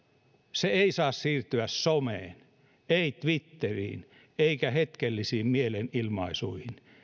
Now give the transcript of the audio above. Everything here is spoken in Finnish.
se ei saa siirtyä someen ei twitteriin eikä hetkellisiin mielenilmaisuihin